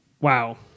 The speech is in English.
wow